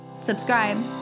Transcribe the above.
subscribe